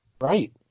Right